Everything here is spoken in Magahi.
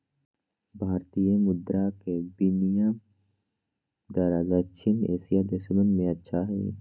भारतीय मुद्र के विनियम दर दक्षिण एशियाई देशवन में अच्छा हई